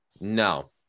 No